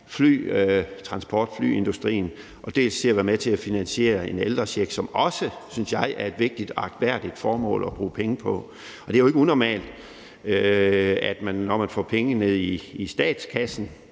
flytransport og flyindustrien, dels at være med til at finansiere en ældrecheck, som også, synes jeg, er et vigtigt og agtværdigt formål at bruge penge på. Det er jo ikke unormalt, når man får penge ned i statskassen.